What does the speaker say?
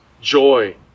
joy